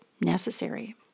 necessary